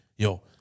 Yo